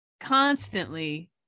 constantly